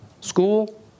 School